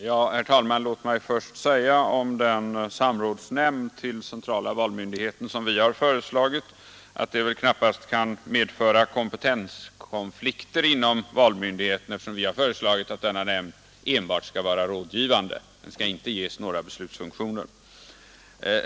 Herr talman! Låt mig först säga att den samrådsnämnd till centrala valmyndigheten som vi har föreslagit väl knappast kan medföra kompetenskonflikter inom valmyndigheten eftersom denna nämnd enbart skall vara rådgivande; den skall inte ges några beslutsfunktioner.